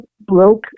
broke